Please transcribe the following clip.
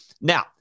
Now